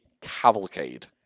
cavalcade